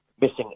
missing